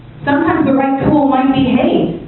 sometimes the right tool might be hey,